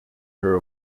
her